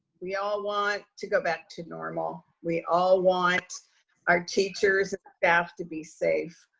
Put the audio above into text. we all want to go back to normal. we all want our teachers staff to be safe.